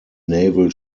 naval